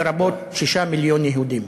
לרבות 6 מיליון יהודים.